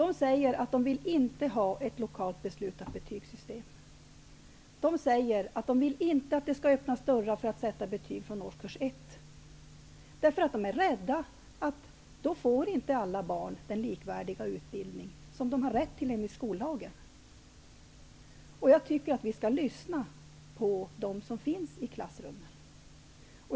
De säger att de inte vill ha ett lokalt beslut om betygssystem. De säger att de inte vill att det skall öppnas dörrar för att sätta betyg från årskurs 1. De är rädda att alla barn då inte får den likvärdiga utbildning som de har rätt till enligt skollagen. Jag tycker att vi skall lyssna på dem som finns i klassrummen.